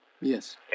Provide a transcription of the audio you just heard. yes